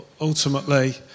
ultimately